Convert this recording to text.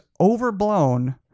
overblown